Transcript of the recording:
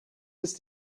ist